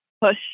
push